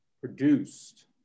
produced